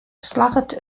slagget